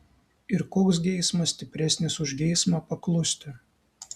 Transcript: ir koks geismas stipresnis už geismą paklusti